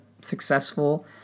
successful